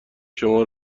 شما